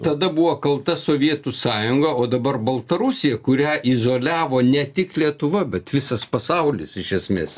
tada buvo kalta sovietų sąjunga o dabar baltarusija kurią izoliavo ne tik lietuva bet visas pasaulis iš esmės